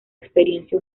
experiencia